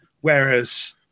Whereas